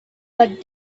but